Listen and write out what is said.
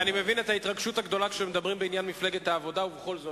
כל הכבוד, כל הכבוד.